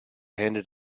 handed